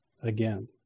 Again